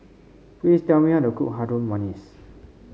please tell me how to cook Harum Manis